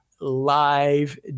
live